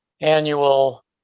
annual